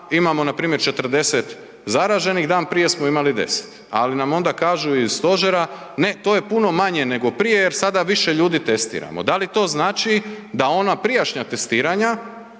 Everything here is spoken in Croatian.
imamo npr. 40 zaraženih, dan prije smo imali 10, ali nam onda kažu iz stožera, ne to je puno manje nego prije jer sada više ljudi testiramo. Da li to znači da ona prijašnja testiranja